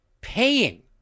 paying